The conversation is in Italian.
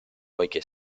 poiché